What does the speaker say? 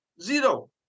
Zero